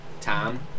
Tom